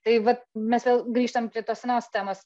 tai vat mes vėl grįžtam prie tos senos temos